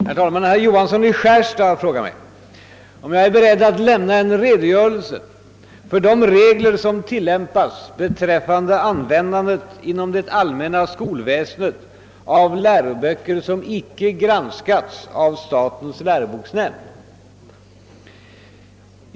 Herr talman! Herr Johansson i Skärstad har frågat mig om jag är beredd lämna en redogörelse för de regler som tillämpas beträffande användandet inom det allmänna skolväsendet av läroböcker som icke granskats av statens läroboksnämnd.